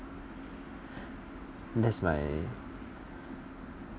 that's my